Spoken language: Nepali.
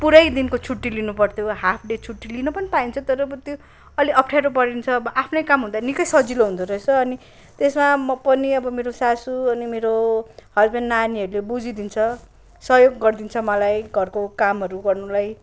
पुरै दिनको छुट्टी लिनु पर्थ्यो हाफ डे छुट्टी लिनु पनि पाइन्छ तर अब त्यो अलि अफ्ठ्यारो परिन्छ आफ्नै काम हुँदा निक्कै सजिलो हुँदो रहेछ अनि त्यसमा म पनि मेरो सासू अनि हज्बेन्ड नानीहरूले बुझिदिन्छ सहयोग गरिदिन्छ मलाई घरको कामहरू गर्नुलाई